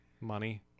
money